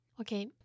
Okay